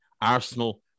Arsenal